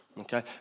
Okay